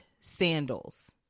sandals